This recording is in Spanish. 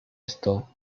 esto